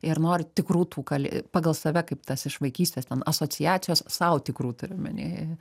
ir noriu tikrų tų kalė pagal save kaip tas iš vaikystės ten asociacijos sau tikrų turiu omeny